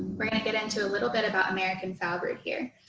we're going to get into a little bit about americans foulbrood here.